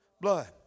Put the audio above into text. blood